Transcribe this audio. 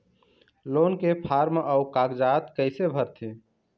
Loan के form अऊ कागजात कइसे भरथें?